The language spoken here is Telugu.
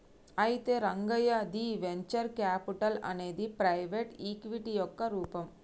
అయితే రంగయ్య ది వెంచర్ క్యాపిటల్ అనేది ప్రైవేటు ఈక్విటీ యొక్క రూపం